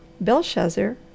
Belshazzar